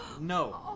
No